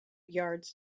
yards